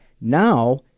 Now